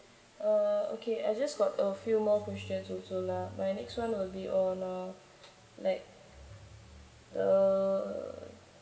uh okay I just got a few more questions also lah my next one will be uh my like uh